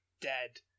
dead